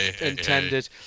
intended